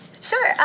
Sure